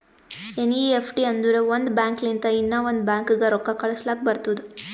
NEFT ಅಂದುರ್ ಒಂದ್ bank ಲಿಂತ ಇನ್ನಾ ಒಂದ್ ಬ್ಯಾಂಕ್ಗ ರೊಕ್ಕಾ ಕಳುಸ್ಲಾಕ್ ಬರ್ತುದ್